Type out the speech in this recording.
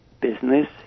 business